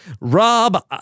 Rob